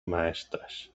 maestras